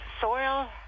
soil